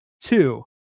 Two